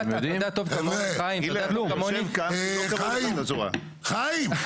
חיים, חיים.